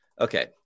Okay